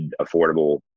affordable